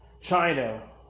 China